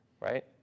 right